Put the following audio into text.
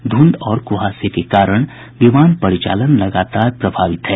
ध्रंध और कुहासे के कारण विमान परिचालन लगातार प्रभावित है